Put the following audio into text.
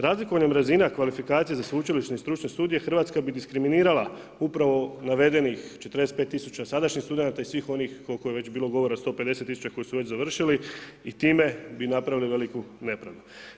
Razlikovanjem razina kvalifikacija za sveučilišne i stručne studije Hrvatska bi diskriminirala upravo navedenih 45 tisuća sadašnjih studenata i svih onih koliko je već bilo govora 150 tisuća koji su već završili i time bi napravili veliku nepravdu.